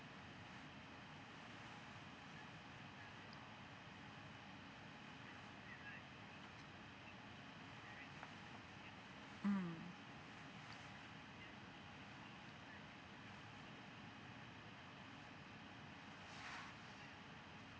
mm